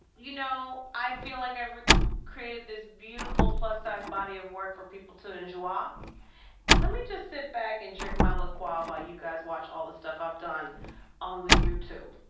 you know, i feel like i've created this beautiful plus-sized body of work for people to enjois. ah let me just sit back and drink my le croix ah while you guys watch all the stuff i've done on the youtube.